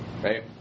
Right